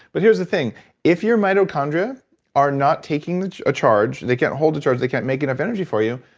but here's the thing if your mitochondria are not taking a ah charge, they can't hold the charge, they can't make enough energy for you,